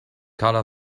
karla